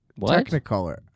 Technicolor